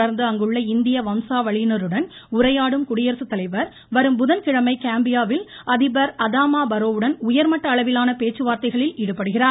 தொடர்ந்து அங்குள்ள இந்திய வம்சாவளியினருடன் உரையாடும் குடியரசுத்தலைவர் வரும் புதன்கிழமை கேம்பியாவில் அதிபர் அதாமா பரோவுடன் உயர்மட்ட அளவிலான பேச்சுவார்த்தைகளில் ஈடுபடுகிறார்